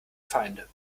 feinde